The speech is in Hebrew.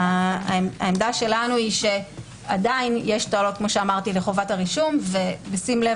העמדה שלנו היא שעדיין יש תועלות לחובת הרישום ובשים לב